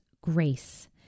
grace